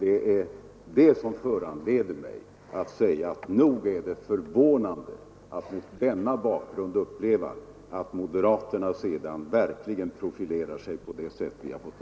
Det är detta som föranleder mig att säga att nog är det förvånande att mot denna bakgrund uppleva att moderaterna profilerar sig på detta sätt.